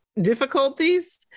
difficulties